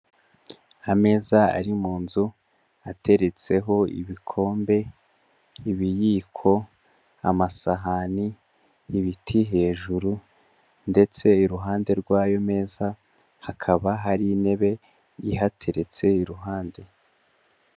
Ameza ari mu nzu ateretseho ibikombe, ibiyiko, amasahani, ibiti hejuru ndetse iruhande rw'ayo meza hakaba hari intebe ihateretse iruhande.